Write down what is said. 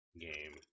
game